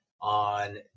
on